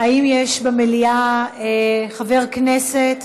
האם יש במליאה חבר כנסת